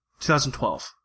2012